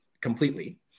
completely